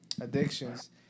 addictions